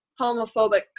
homophobic